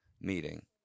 meeting